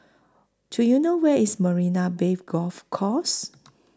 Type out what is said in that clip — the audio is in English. Do YOU know Where IS Marina Bay Golf Course